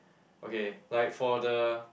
okay like for the